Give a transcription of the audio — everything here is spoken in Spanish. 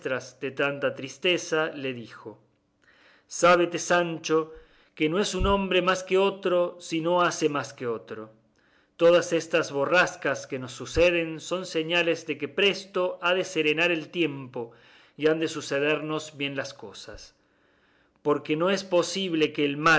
de tanta tristeza le dijo sábete sancho que no es un hombre más que otro si no hace más que otro todas estas borrascas que nos suceden son señales de que presto ha de serenar el tiempo y han de sucedernos bien las cosas porque no es posible que el